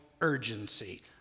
urgency